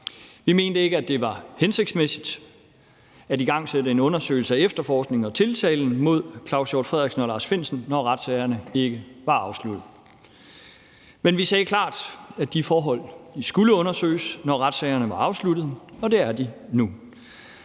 Vi mente ikke, det var hensigtsmæssigt at igangsætte en undersøgelse af efterforskningen og tiltalen mod Claus Hjort Frederiksen og Lars Findsen, når retssagerne ikke var afsluttet. Men vi sagde klart, at de forhold skulle undersøges, når retssagerne var afsluttet, og det er de nu.